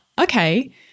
okay